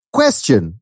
question